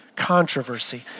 controversy